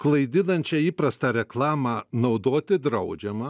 klaidinančią įprastą reklamą naudoti draudžiama